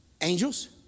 Angels